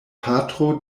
patro